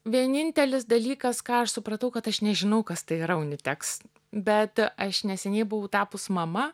vienintelis dalykas ką aš supratau kad aš nežinau kas tai yra uniteks bet aš neseniai buvau tapus mama